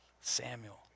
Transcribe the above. Samuel